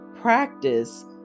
practice